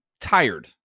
tired